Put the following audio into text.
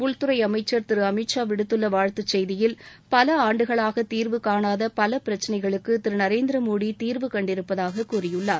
உள்துறை அமைச்சா் திரு அமித்ஷா விடுத்துள்ள வாழ்த்துச் செய்தியில் பல ஆண்டுகளாக தீாவு காணாத பல பிரச்சினைகளுக்கு திரு நரேந்திரமோடி தீர்வு கண்டிருப்பதாகக் கூறியுள்ளார்